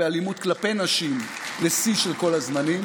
באלימות כלפי נשים לשיא של כל הזמנים.